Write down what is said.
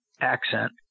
accent